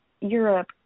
europe